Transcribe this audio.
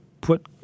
put